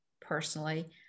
personally